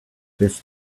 this